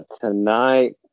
tonight